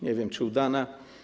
Nie wiem, czy udana.